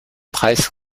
preis